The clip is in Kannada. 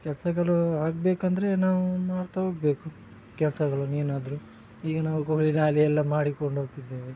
ಕೆಲ್ಸಗಳು ಆಗಬೇಕಂದ್ರೆ ನಾವು ಮಾಡ್ತಾ ಹೋಗಬೇಕು ಕೆಲ್ಸಗಳನ್ನು ಏನಾದರೆ ಈಗ ನಾವು ಕೂಲಿನಾಲಿ ಎಲ್ಲ ಮಾಡಿಕೊಂಡೋಗ್ತಿದ್ದೇವೆ